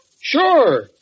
Sure